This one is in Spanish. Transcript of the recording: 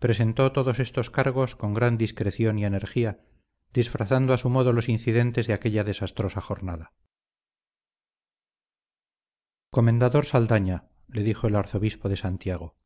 presentó todos estos cargos con gran discreción y energía disfrazando a su modo los incidentes de aquella desastrosa jornada comendador saldaña le dijo el arzobispo de santiago